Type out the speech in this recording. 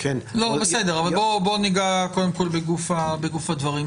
--- בסדר, בואו ניגע קודם כול בגוף הדברים.